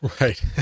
Right